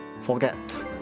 forget